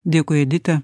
dėkui edita